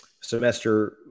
semester